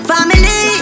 Family